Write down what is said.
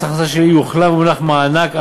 הכנסה שלילי" יוחלף במונח "מענק עבודה".